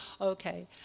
Okay